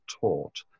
taught